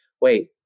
wait